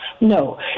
no